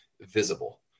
visible